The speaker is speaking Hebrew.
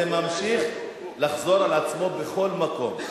זה ממשיך לחזור על עצמו בכל מקום.